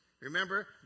Remember